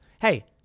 Hey